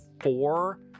four